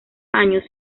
años